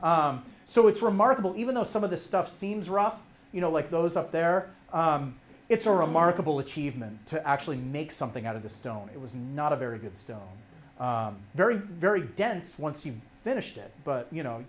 dense so it's remarkable even though some of the stuff seems rough you know like those up there it's a remarkable achievement to actually make something out of the stone it was not a very good stone very very dense once you've finished it but